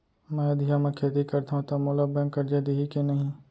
मैं अधिया म खेती करथंव त मोला बैंक करजा दिही के नही?